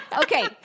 Okay